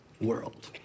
world